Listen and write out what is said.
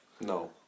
No